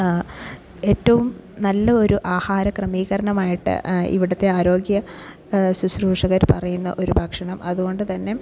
ഏറ്റവും നല്ല ഒരു ആഹാര ക്രമീകരണമായിട്ട് ഇവിടത്തെ ആരോഗ്യ ശുശ്രൂഷകർ പറയുന്ന ഒരു ഭക്ഷണം അതുകൊണ്ട് തന്നെ